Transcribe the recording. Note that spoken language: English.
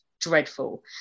Dreadful